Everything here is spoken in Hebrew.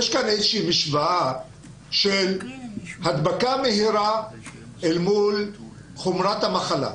יש כאן איזושהי משוואה של הדבקה מהירה אל מול חומרת המחלה.